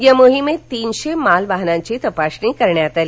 या मोहिमेत तिनशे माल वाहनाची तपासणी करण्यात आली